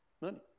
money